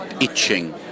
itching